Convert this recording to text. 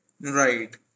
Right